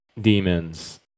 demons